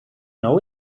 know